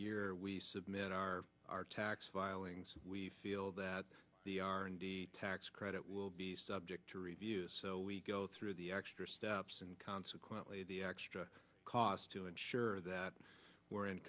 year we submit our tax filings we feel that the r and d tax credit will be subject to review so we go through the extra steps and consequently the extra cost to ensure that we're in